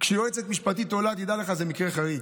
כשהיועצת המשפטית עולה, תדע לך, זה מקרה חריג.